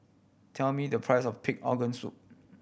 tell me the price of pig organ soup